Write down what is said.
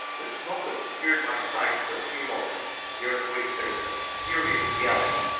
the smoke obscured my sight for a few moments during which there was a furious yelling,